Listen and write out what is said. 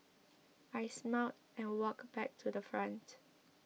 I smiled and walked back to the front